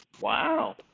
Wow